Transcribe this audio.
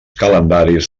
calendaris